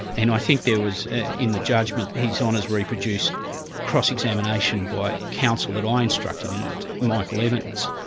and i think there was in the judgment, his honour's reproduced cross-examination by counsel that i instructed in, michael evans,